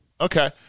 Okay